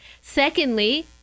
Secondly